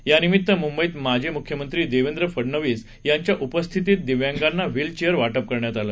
यानिमित्त मुंबईत माजी मुख्यमंत्री देवेंद्र फडवणीस यांच्या उपस्थितीत दिव्यांगाना व्हीलचेअर वाटप करण्यात आलं